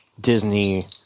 Disney